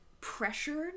pressured